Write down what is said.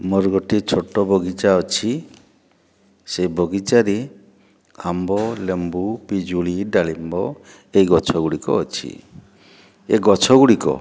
ମୋର ଗୋଟିଏ ଛୋଟ ବଗିଚା ଅଛି ସେ ବଗିଚାରେ ଆମ୍ବ ଲେମ୍ବୁ ପିଜୁଳି ଡାଳିମ୍ବ ଏ ଗଛଗୁଡ଼ିକ ଅଛି ଏ ଗଛଗୁଡ଼ିକ